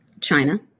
China